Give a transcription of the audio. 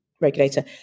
regulator